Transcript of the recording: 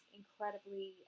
incredibly